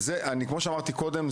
כמו שאמרתי קודם,